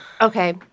Okay